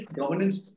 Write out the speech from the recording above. governance